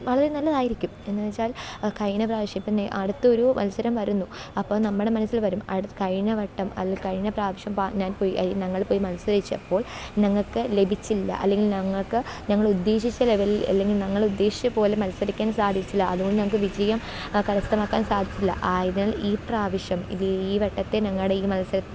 വളരെ നല്ലതായിരിക്കും എന്ന് വച്ചാല് കഴിഞ്ഞ പ്രാവശ്യം പിന്നെ അടുത്ത ഒരു മത്സരം വരുന്നു അപ്പോൾ നമ്മുടെ മനസ്സില് വരും അട് കഴിഞ്ഞ വട്ടം അല്ലെ കഴിഞ്ഞ പ്രാവശ്യം വ ഞാന് ഞങ്ങള് പോയി മത്സരിച്ചപ്പോള് ഞങ്ങൾക്ക് ലഭിച്ചില്ല അല്ലെങ്കിൽ ഞങ്ങൾക്ക് ഞങ്ങളുദ്ദേശിച്ച ലെവലില് അല്ലെങ്കിൽ ഞങ്ങളുദ്ദേശിച്ച പോലെ മത്സരിക്കാന് സാധിച്ചില്ല അത്കൊണ്ട് ഞങ്ങൾക്ക് വിജയം കരസ്ഥമാക്കാൻ സാധിച്ചില്ല ആയതിനാല് ഈപ്രാവശ്യം ഈ വട്ടത്തെ ഞങ്ങളുടെ ഈ മത്സരം